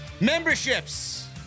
memberships